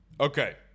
okay